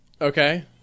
Okay